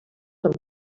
amb